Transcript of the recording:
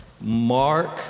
Mark